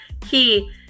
key